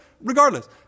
Regardless